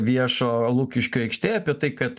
viešo lukiškių aikštėj apie tai kad